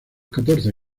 catorce